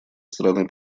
стороны